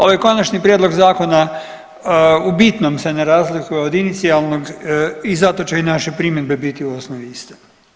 Ovaj Konačni prijedlog zakona u bitnom se ne razlikuje od inicijalnog i zato će i naše primjedbe biti u osnovi iste.